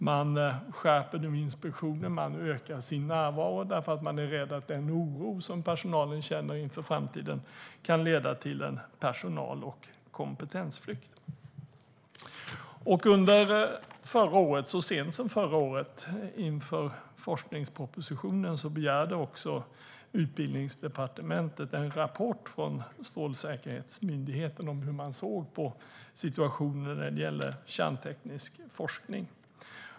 Man skärper nu inspektionen och ökar sin närvaro därför att man är rädd att den oro som personalen känner inför framtiden kan leda till en personal och kompetensflykt. Så sent som förra året inför forskningspropositionen begärde Utbildningsdepartementet en rapport från Strålsäkerhetsmyndigheten om hur man såg på situationen när det gäller kärnteknisk forskning.